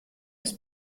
das